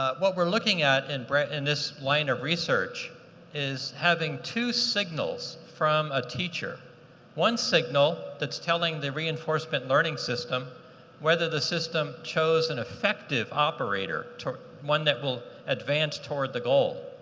ah what we're looking at and but in this line of research is having two signals from a teacher one signal that's telling the reinforcement learning system whether the system chose an effective operator, one that will advance toward the goal.